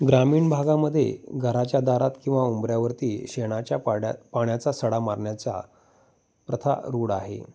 ग्रामीण भागामध्ये घराच्या दारात किंवा उंबऱ्यावरती शेणाच्या पाड्या पाण्याचा सडा मारण्याची प्रथा रूढ आहे